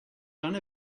done